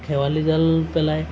খেৱালি জাল পেলায়